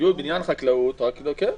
סיעוד, בניין, חקלאות כן.